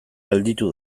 gelditu